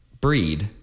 breed